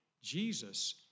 Jesus